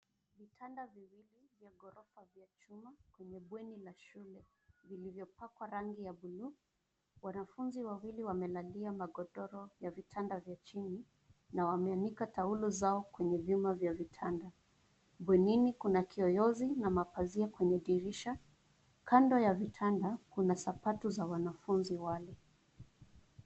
Vitanda viwili vya ghorofa vya chuma kwenye bweni la shule vilivyopakwa rangi ya buluu. Wanafunzi wawili wamelalia magodoro ya vitanda vya chini na wameanika taulo zao kwenye vyuma vya vitanda. Bwenini kuna kiyoyozi na mapazia kwenye dirisha. Kando ya vitanda kuna sapatu za wanafunzi wale.